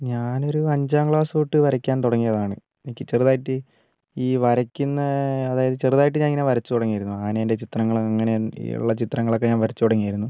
ഞാനൊരു അഞ്ചാം ക്ലാസ് തൊട്ട് വരയ്ക്കാൻ തുടങ്ങിയതാണ് എനിക്ക് ചെറുതായിട്ട് ഈ വരയ്ക്കുന്ന അതായത് ചെറുതായിട്ട് ഞാനിങ്ങനെ വരച്ച് തുടങ്ങിയിരുന്നു ആനേൻ്റെ ചിത്രങ്ങളും അങ്ങനെയുള്ള ചിത്രങ്ങളൊക്കെ ഞാൻ വരച്ച് തുടങ്ങിയിരുന്നു